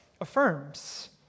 affirms